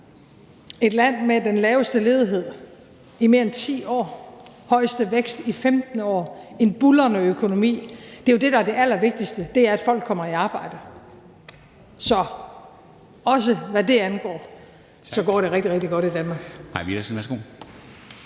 et land med den laveste ledighed i mere end 10 år, højeste vækst i 15 år, en buldrende økonomi. Det er jo det, der er det allervigtigste, nemlig at folk kommer i arbejde. Så også hvad det angår, går det rigtig, rigtig godt i Danmark.